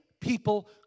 people